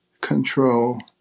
control